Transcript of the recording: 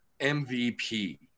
MVP